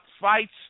fights